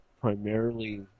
primarily